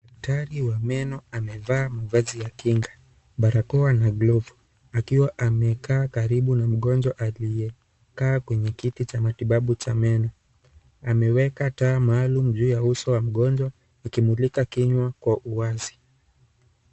Daktari wa meno amevaa mavazi ya kinga, barakoa na glovu akiwa amekaa karibu na mgonjwa aliyekaa kwenye kiti cha matibabu cha meno. Ameweka taa maalum juu ya uso wa mgonjwa ikimulika kinywa kwa uwazi.